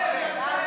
הביתה.